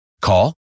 Call